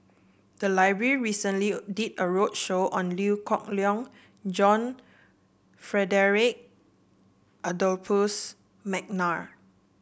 the library recently did a roadshow on Liew Geok Leong John Frederick Adolphus McNair